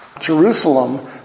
Jerusalem